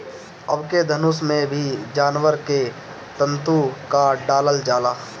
अबके धनुष में भी जानवर के तंतु क डालल जाला